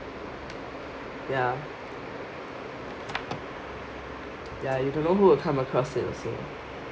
ya ya you don't know who will come across it also